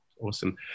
Awesome